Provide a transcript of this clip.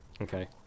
Okay